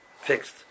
fixed